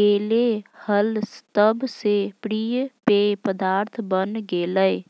गेले हल तब से प्रिय पेय पदार्थ बन गेलय